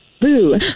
Boo